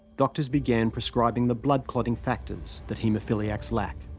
doctors began prescribing the blood-clotting factors that haemophiliacs lack.